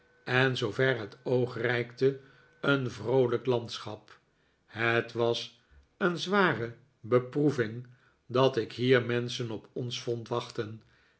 en zoover het oog reikte een vroolijk landschap het was een zware beproeving dat ik hier menschen op ons vond wachten